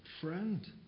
friend